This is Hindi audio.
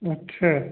अच्छा